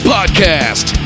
Podcast